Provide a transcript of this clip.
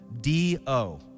D-O